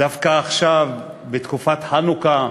דווקא עכשיו, בתקופת חנוכה,